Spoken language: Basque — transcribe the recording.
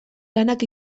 lanak